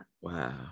Wow